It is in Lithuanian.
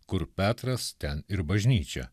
kur petras ten ir bažnyčia